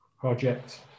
Project